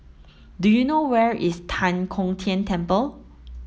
do you know where is Tan Kong Tian Temple